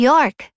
York